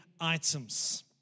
items